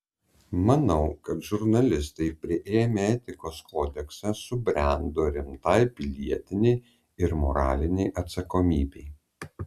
manau kad žurnalistai priėmę etikos kodeksą subrendo rimtai pilietinei ir moralinei atsakomybei